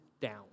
down